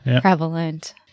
prevalent